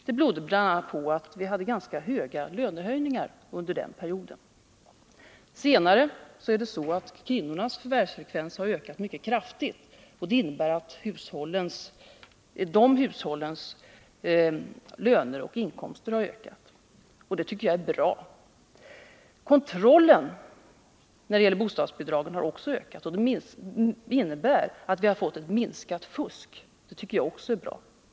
Det berodde bl.a. på att vi hade ganska stora lönehöjningar under den perioden. Senare har kvinnornas förvärvsarbetsfrekvens ökat mycket kraftigt, och det innebär att hushållens inkomster har ökat. Det tycker jag är bra. Kontrollen när det gäller bostadsbidragen har också ökat, och det betyder att vi har fått minskat fusk. Det tycker jag också är bra.